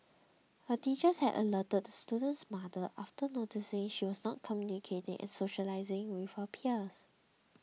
her teachers had alerted the student's mother after noticing that she was not communicating and socialising with her peers